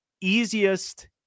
Easiest